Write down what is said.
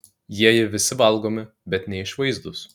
jieji visi valgomi bet neišvaizdūs